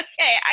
okay